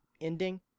ending